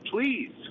please